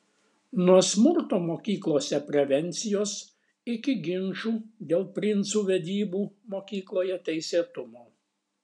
nuo smurto mokyklose prevencijos iki ginčų dėl princų vedybų mokykloje teisėtumo